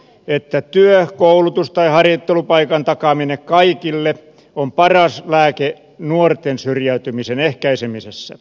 me uskomme että työ koulutus tai harjoittelupaikan takaaminen kaikille on paras lääke nuorten syrjäytymisen ehkäisemisessä